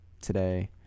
Today